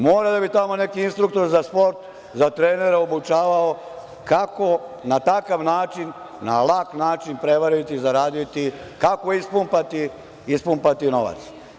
Mora da im je tamo neki instruktor za sport za trenere obučavao kako na takav način, na lak način prevariti, zaraditi, kako ispumpati novac.